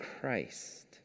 Christ